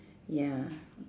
ya